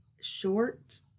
short